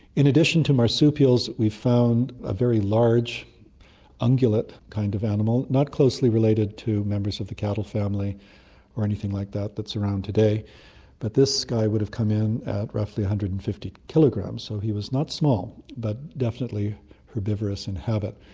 in addition to marsupials we've found a very large ungulate kind of animal, not closely related to members of the cattle family or anything like that that's around today but this guy would have come in at roughly one hundred and fifty kilograms, so he was not small but definitely herbivorous in habit.